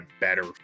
better